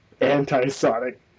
anti-Sonic